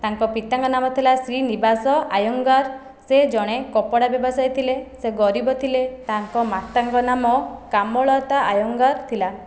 ତା'ଙ୍କ ପିତାଙ୍କ ନାମ ଥିଲା ଶ୍ରୀନିବାସ ଆୟଙ୍ଗର ସେ ଜଣେ କପଡ଼ା ବ୍ୟବସାୟୀ ଥିଲେ ସେ ଗରିବ ଥିଲେ ତା'ଙ୍କ ମାତାଙ୍କ ନାମ କାମଲତା ଆୟଙ୍ଗର ଥିଲା